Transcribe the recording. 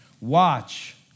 watch